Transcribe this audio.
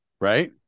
right